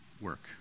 work